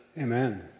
Amen